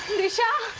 disha